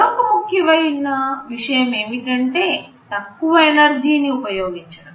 మరొక ముఖ్యమైన విషయం ఏమిటంటే తక్కువ ఎనర్జీ ని ఉపయోగించడం